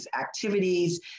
activities